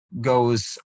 goes